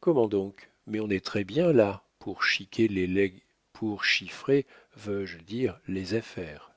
comment donc mais on est très-bien là pour chiquer les lég pour chiffrer veux-je dire les affaires